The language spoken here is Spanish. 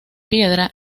piedra